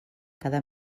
cada